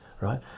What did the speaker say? right